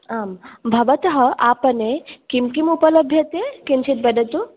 आं भवतः आपणे किं किम् उपलभ्यते किञ्चित् वदतु